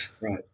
right